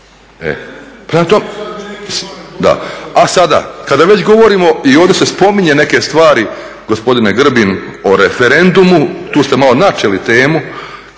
o radu promijenjen. A sada kada već govorimo i ovdje se spominju neke stvari gospodine Grbin o referendumu tu ste malo načeli temu,